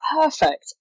perfect